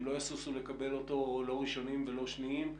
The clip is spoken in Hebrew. שלא ישושו לקבל אותו או לא ראשונים ולא שניים.